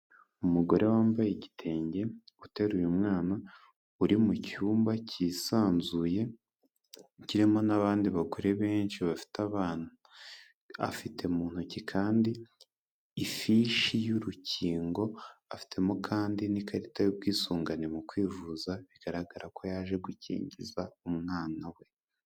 Umugore wambaye igitenge, uteruye umwana, uri mu cyumba cyisanzuye, kirimo n'abandi bagore benshi bafite abana, afite mu ntoki kandi ifishi y'urukingo, afitemo kandi n'ikarita y'ubwisungane mu kwivuza, bigaragara ko yaje gukingiza umwana we.